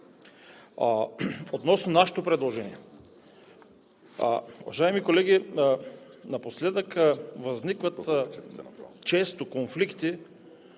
Относно нашето предложение. Уважаеми колеги, напоследък възникват често конфликти,